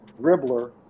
dribbler